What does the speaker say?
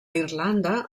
irlanda